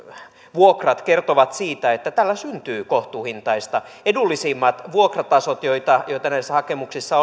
vuokrat kertovat siitä että tällä syntyy kohtuuhintaista edullisimmat vuokratasot joita joita näissä hakemuksissa